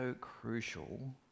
crucial